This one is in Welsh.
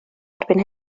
erbyn